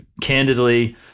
candidly